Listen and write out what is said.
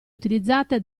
utilizzate